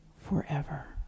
forever